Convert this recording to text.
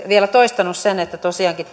vielä toistanut sen että tosiaankin